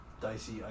dicey